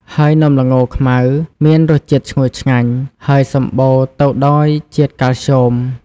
ហើយនំល្ងខ្មៅមានរសជាតិឈ្ងុយឆ្ងាញ់ ហើយសម្បូរទៅដោយជាតិកាល់ស្យូម។